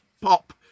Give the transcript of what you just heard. pop